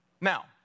Now